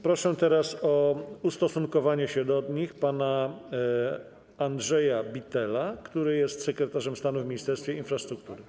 Proszę teraz o ustosunkowanie się do nich pana Andrzeja Bittela, który jest sekretarzem stanu w Ministerstwie Infrastruktury.